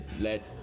let